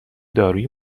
دارویی